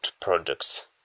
products